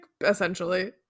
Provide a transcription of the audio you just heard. essentially